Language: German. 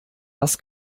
was